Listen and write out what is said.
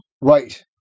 Right